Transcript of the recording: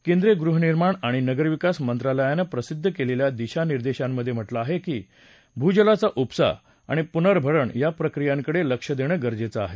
केंद्रीय गृहनिर्माण आणि नगरविकास मंत्रालयानं प्रसिद्ध केलेल्या दिशानिर्देशामधे म्हटलं आहे की भूजलाचा ऊपसा आणि पुनर्भरण या प्रक्रियांकडे लक्ष देणं गरजेचं आहे